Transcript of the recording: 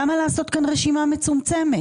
למה לעשות כאן רשימה מצומצמת?